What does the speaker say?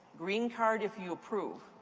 green card if you approve.